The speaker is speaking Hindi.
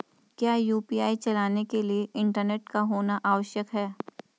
क्या यु.पी.आई चलाने के लिए इंटरनेट का होना आवश्यक है?